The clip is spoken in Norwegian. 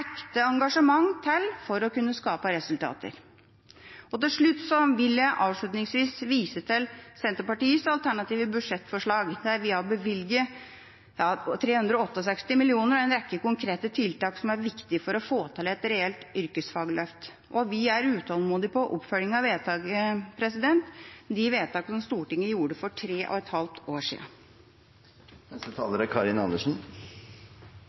engasjement til for å kunne skape resultater. Avslutningsvis vil jeg vise til Senterpartiets alternative budsjettforslag, der vi har bevilget 368 mill. kr og har en rekke konkrete tiltak som er viktig for å få til et reelt yrkesfagløft. Vi er utålmodige når det gjelder oppfølging av vedtak – de vedtakene som Stortinget gjorde for tre og et halvt år